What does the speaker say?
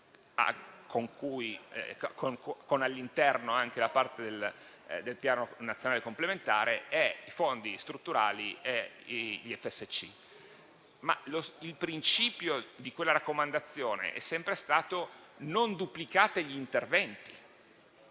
con all'interno anche la parte del Piano nazionale complementare, e ai fondi strutturali FSC. Il principio di quella raccomandazione è sempre stato di non duplicare gli interventi,